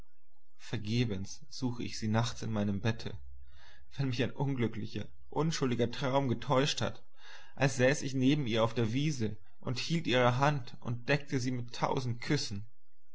vergebens suche ich sie nachts in meinem bette wenn mich ein glücklicher unschuldiger traum getäuscht hat als säß ich neben ihr auf der wiese und hielt ihre hand und deckte sie mit tausend küssen